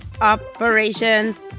operations